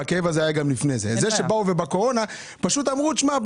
אנחנו לא